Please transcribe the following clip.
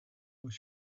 was